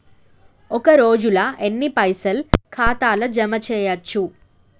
ఒక రోజుల ఎన్ని పైసల్ ఖాతా ల జమ చేయచ్చు?